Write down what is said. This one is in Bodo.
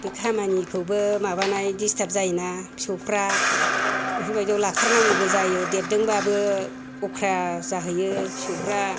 बे खामानिखौबो माबानाय डिस्टार्ब जायोना फिसौफ्रा बेफोर बायदियाव लाखारनांगौबो जायो देरदोंबाबो अख्रा जाहैयो फिसौफ्रा